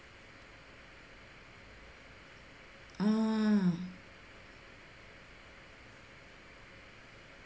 ah